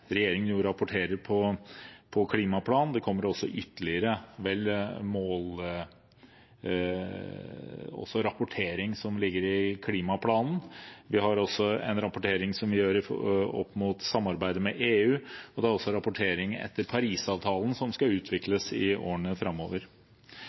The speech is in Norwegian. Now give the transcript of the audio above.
regjeringen rapporterer på klimaplanen. Det kommer også ytterligere rapportering, som ligger i klimaplanen. Vi har også en rapportering som vi gjør opp mot samarbeidet med EU, og det er også rapportering etter Parisavtalen som skal